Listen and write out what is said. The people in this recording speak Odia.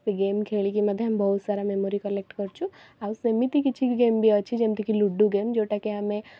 ସେଇ ଗେମ୍ ଖେଳିକି ମଧ୍ୟ ଆମେ ବହୁତ ସାରା ମେମୋରୀ କଲେକ୍ଟ କରୁଛୁ ଆଉ ସେମିତି କିଛି ବି ଗେମ୍ ବି ଅଛି ଯେମିତି କି ଲୁଡ଼ୁ ଗେମ୍ ଯେଉଁଟାକି ଆମେ